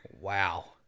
Wow